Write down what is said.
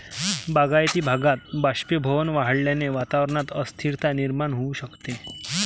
बागायती भागात बाष्पीभवन वाढल्याने वातावरणात अस्थिरता निर्माण होऊ शकते